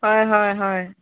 হয় হয় হয়